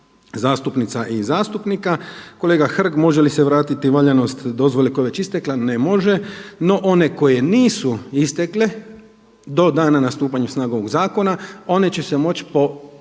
zastupnica i zastupnika. Kolega Hrg, može li se vratiti valjanost dozvole koja je već istekla? Ne može. No, one koje nisu istekle do dana stupanja na snagu ovoga zakona one će se moći po